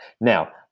Now